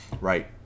Right